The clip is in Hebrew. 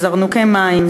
זרנוקי מים,